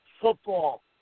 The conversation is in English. football